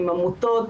עם העמותות